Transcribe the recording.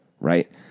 right